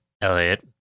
Elliot